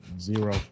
Zero